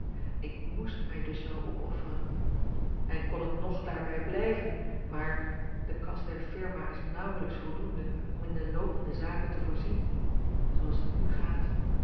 ik moest mij dus wel opofferen en kon het ng daarbij blijven maar de kas der firma is nauwelijks voldoende om in de loopende zaken te voorzien zooals het n gaat